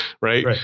Right